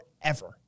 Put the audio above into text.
forever